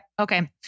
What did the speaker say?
Okay